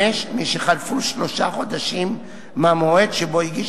5. מי שחלפו שלושה חודשים מהמועד שבו הגיש